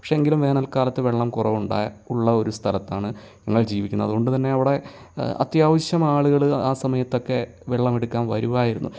പക്ഷേ എങ്കിലും വേനൽ കാലത്ത് വെള്ളം കുറവുണ്ടായ ഉള്ള ഒരു സ്ഥലത്താണ് ഞങ്ങൾ ജീവിക്കുന്നത് അതുകൊണ്ട്തന്നെ അവിടെ അത്യാവശ്യം ആളുകൾ ആ സമയത്തൊക്കെ വെള്ളം എടുക്കാൻ വരുമായിരുന്നു